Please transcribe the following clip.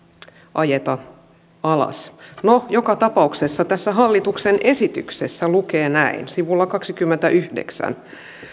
ajeta alas no joka tapauksessa tässä hallituksen esityksessä lukee näin sivulla kaksikymmentäyhdeksän